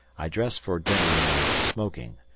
i dressed for dinner in my smoking,